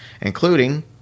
including